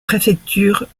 préfectures